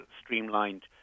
streamlined